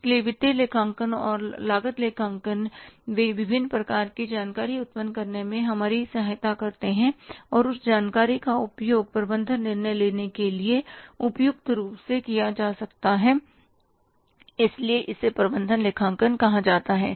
इसलिए वित्तीय लेखांकन और लागत लेखांकन वे विभिन्न प्रकार की जानकारी उत्पन्न करने में हमारी सहायता करते हैं और उस जानकारी का उपयोग प्रबंधन निर्णय लेने के लिए उपयुक्त रूप से किया जा सकता है इसीलिए इसे प्रबंधन लेखांकन कहा जाता है